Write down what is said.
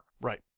Right